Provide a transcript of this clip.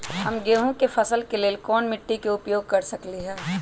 हम गेंहू के फसल के लेल कोन मिट्टी के उपयोग कर सकली ह?